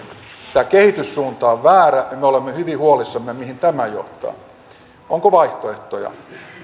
tämä kehityssuunta on väärä ja me olemme hyvin huolissamme mihin tämä johtaa onko vaihtoehtoja